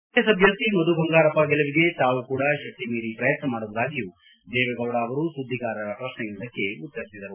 JDS ಅಭ್ಯರ್ಥಿ ಮಧುಬಂಗಾರಪ್ಪ ಗೆಲುವಿಗೆ ತಾವು ಕೂಡ ಶಕ್ತಿ ಮೀರಿ ಪ್ರಯತ್ನ ಮಾಡುವುದಾಗಿಯೂ ದೇವೇಗೌಡ ಅವರು ಸುದ್ದಿಗಾರರ ಪ್ರಶ್ನೆಯೊಂದಕ್ಕೆ ಉತ್ತರಿಸಿದರು